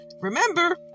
Remember